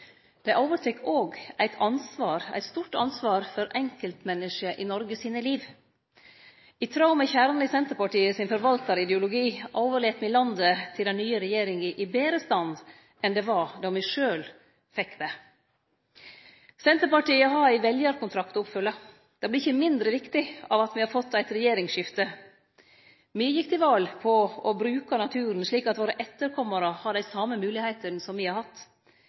stand. Dei overtek òg eit stort ansvar for liva til enkeltmenneske i Noreg. I tråd med kjernen i Senterpartiets forvaltarideologi overlèt me landet til den nye regjeringa i betre stand enn det var då me sjølve fekk det. Senterpartiet har ein veljarkontrakt å oppfylle. Det vert ikkje mindre viktig av at me har fått eit regjeringsskifte. Me gjekk til val på å bruke naturen slik at våre etterkomarar har dei same moglegheitene som me har hatt.